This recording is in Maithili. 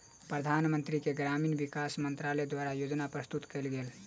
प्रधानमंत्री के ग्रामीण विकास मंत्रालय द्वारा योजना प्रस्तुत कएल गेल